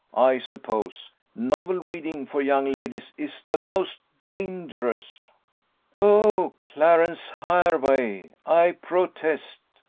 i suppose novel reading for young ladies is the most dangerous oh, clarence hervey, i protest!